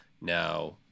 now